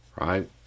Right